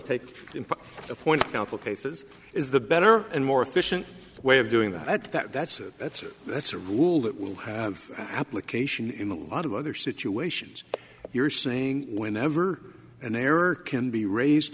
the point counsel cases is the better and more efficient way of doing that that that's that's that's a rule that will have application in the lot of other situations you're saying whenever an error can be raised